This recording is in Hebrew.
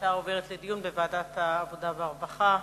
ההצעה עוברת לדיון בוועדת העבודה והרווחה.